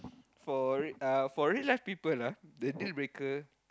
for r~ for real life people ah the deal breaker